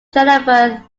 jennifer